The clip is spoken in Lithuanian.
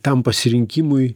tam pasirinkimui